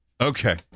Okay